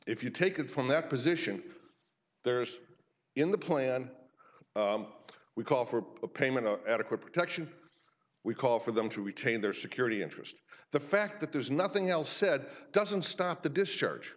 if you take it from that position there's in the plan we call for a payment of adequate protection we call for them to retain their security interest the fact that there's nothing else said doesn't stop the discharge